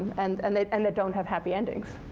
and and that and that don't have happy endings.